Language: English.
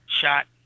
shot